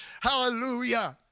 Hallelujah